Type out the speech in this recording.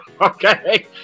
okay